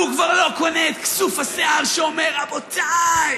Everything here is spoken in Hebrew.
והוא כבר לא קונה את כסוף השיער שאומר: רבותיי,